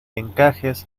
encajes